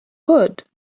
good